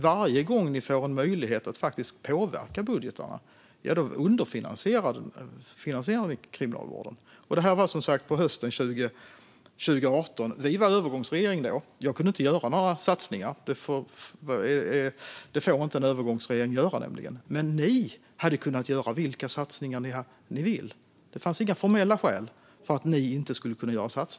Varje gång ni får en möjlighet att påverka budgetarna underfinansierar ni Kriminalvården. Som sagt: Hösten 2018 var vi en övergångsregering, och jag kunde inte göra några satsningar. Det får nämligen inte en övergångsregering göra. Men ni hade kunnat göra vilka satsningar ni ville. Det fanns inga formella skäl att inte göra det.